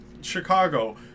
Chicago